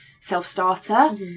self-starter